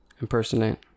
impersonate